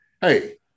hey